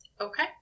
Okay